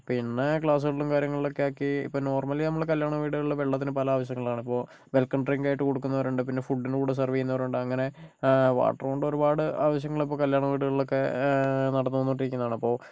പിന്നെ ഗ്ലാസുകളിലും കാര്യങ്ങളിലും ഒക്കെ ആക്കി ഇപ്പോൾ നോർമലി നമ്മൾ കല്യാണ വീടുകളിൽ വെള്ളത്തിന് പല ആവശ്യങ്ങളാണ് ഇപ്പോൾ വെൽക്കം ഡ്രിങ്ക് ആയിട്ട് കൊടുക്കുന്നവരുണ്ട് പിന്നെ ഫുഡിൻ്റെ കൂടെ സർവ് ചെയ്യുന്നവരുണ്ട് അങ്ങനെ വാട്ടർ കൊണ്ട് ഒരുപാട് ആവശ്യങ്ങളിപ്പോൾ കല്യാണവീടുകളിലൊക്കെ നടന്നു വന്നുകൊണ്ടിരിക്കുന്നതാണ് അപ്പോൾ